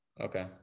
Okay